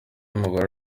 umugore